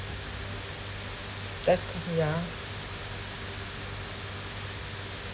that's yeah